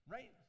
Right